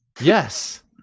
Yes